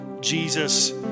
Jesus